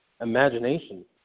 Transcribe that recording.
imagination